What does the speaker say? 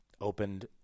opened